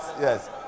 Yes